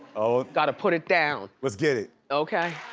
oh. gotta put it down. let's get it. okay.